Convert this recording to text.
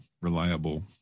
reliable